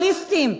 ובאלכוהוליסטים,